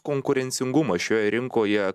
konkurencingumas šioje rinkoje